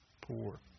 poor